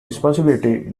responsibility